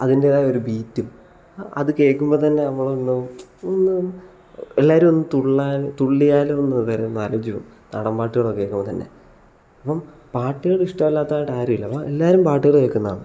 അതിൻ്റെതായ ഒരു ബീറ്റും അത് കേൾക്കുമ്പോൾ തന്നെ നമ്മൾ ഒന്ന് ഒന്ന് എല്ലാവരും ഒന്ന് തുള്ളാൻ തുള്ളിയാലോ എന്ന് വരെ ഒന്ന് ആലോചിച്ച് പോകും നാടൻ പാട്ടുകൾ കേൾക്കുമ്പോൾ തന്നെ അപ്പം പാട്ടുകൾ ഇഷ്ടമല്ലാത്തതായിട്ട് ആരും ഇല്ല അപ്പോൾ എല്ലാവരും പാട്ടുകൾ കേൾക്കുന്നതാണ്